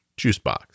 juicebox